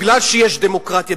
מכיוון שיש דמוקרטיה,